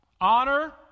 honor